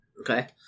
Okay